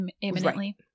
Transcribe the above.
imminently